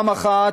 האחת,